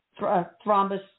thrombus